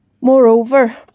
Moreover